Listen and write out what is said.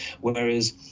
whereas